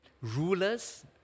rulers